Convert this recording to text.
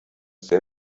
sehr